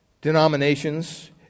denominations